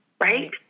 right